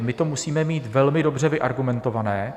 My to musíme mít velmi dobře vyargumentované.